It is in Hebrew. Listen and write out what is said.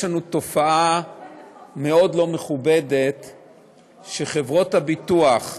יש לנו תופעה מאוד לא מכובדת, שחברות הביטוח,